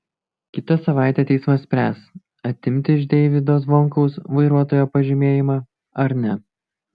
kitą savaitę teismas spręs atimti iš deivydo zvonkaus vairuotojo pažymėjimą ar ne